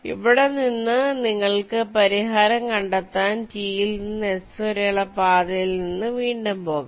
ഇവിടെ നിന്ന് നിങ്ങൾക്ക് പരിഹാരം കണ്ടെത്താൻ T യിൽ നിന്ന് S വരെയുള്ള പാതയിൽ നിന്ന് വീണ്ടും പോകാം